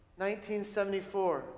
1974